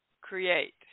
create